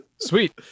Sweet